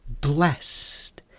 blessed